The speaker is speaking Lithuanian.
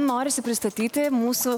norisi pristatyti mūsų